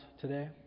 today